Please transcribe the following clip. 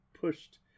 pushed